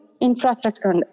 infrastructure